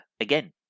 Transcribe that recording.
again